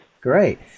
Great